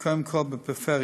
קודם כול בפריפריה.